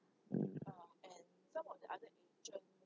ya